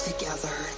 together